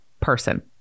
person